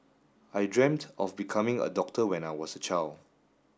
I dreamt of becoming a doctor when I was a child